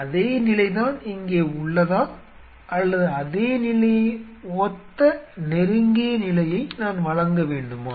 அதே நிலைதான் இங்கே உள்ளதா அல்லது அதே நிலையை ஒத்த நெருங்கிய நிலையை நான் வழங்க வேண்டுமா